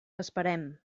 esperem